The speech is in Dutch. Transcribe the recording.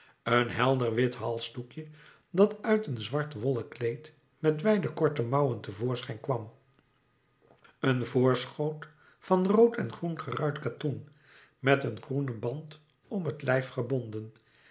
een helder wit halsdoekje dat uit een zwart wollen kleed met wijde korte mouwen te voorschijn kwam een voorschoot van rood en groen geruit katoen met een groenen band om het lijf gebonden